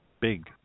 big